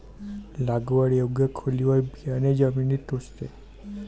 लागवड योग्य खोलीवर बियाणे जमिनीत टोचते